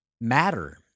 matter